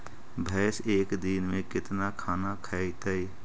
भैंस एक दिन में केतना खाना खैतई?